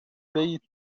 بيت